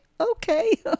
okay